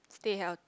stay healthy